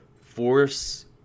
force